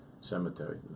cemetery